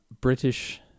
British